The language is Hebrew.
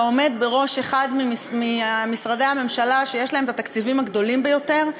אתה עומד בראש אחד ממשרדי הממשלה שיש להם את התקציבים הגדולים ביותר,